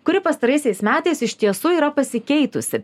kuri pastaraisiais metais iš tiesų yra pasikeitusi